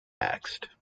asked